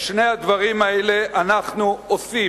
את שני הדברים האלה אנחנו עושים.